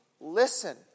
listen